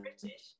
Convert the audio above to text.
British